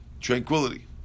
Tranquility